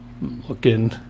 looking